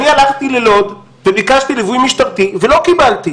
אני הלכתי ללוד וביקשתי ליווי משטרתי ולא קיבלתי,